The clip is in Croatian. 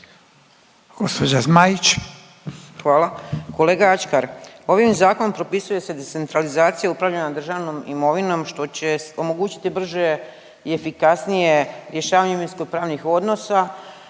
Ankica (HDZ)** Hvala. Kolega Ačkar. Ovim Zakon propisuje se decentralizacija upravljanja državnom imovinom, što će omogućiti brže i efikasnije rješavanje imovinskopravnih odnosa